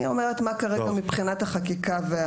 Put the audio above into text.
אני אומרת מה כרגע מבחינת החקיקה.